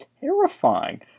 terrifying